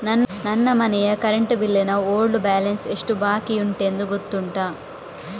ನನ್ನ ಮನೆಯ current bill ನ ಓಲ್ಡ್ ಬ್ಯಾಲೆನ್ಸ್ ಎಷ್ಟು ಬಾಕಿಯುಂಟೆಂದು ಗೊತ್ತುಂಟ?